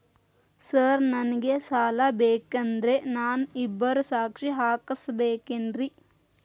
Sir ನನಗೆ ಸಾಲ ಬೇಕಂದ್ರೆ ನಾನು ಇಬ್ಬರದು ಸಾಕ್ಷಿ ಹಾಕಸಬೇಕೇನ್ರಿ?